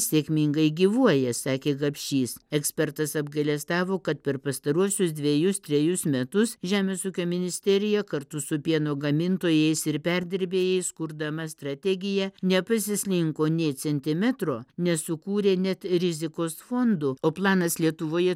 sėkmingai gyvuoja sakė gapšys ekspertas apgailestavo kad per pastaruosius dvejus trejus metus žemės ūkio ministerija kartu su pieno gamintojais ir perdirbėjais kurdama strategiją nepasislinko nė centimetro nesukūrė net rizikos fondų o planas lietuvoje